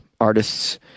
artists